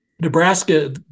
Nebraska